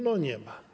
Nie ma.